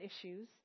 issues